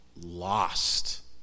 lost